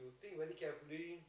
to think very carefully